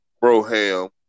bro-ham